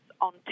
on